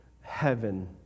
heaven